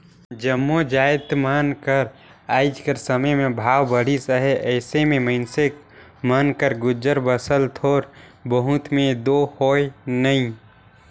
जम्मो जाएत मन कर आएज कर समे में भाव बढ़िस अहे अइसे में मइनसे मन कर गुजर बसर थोर बहुत में दो होए नई